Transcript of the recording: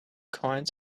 coins